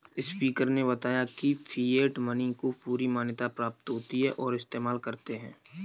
speaker ने बताया की फिएट मनी को पूरी मान्यता प्राप्त होती है और इस्तेमाल करते है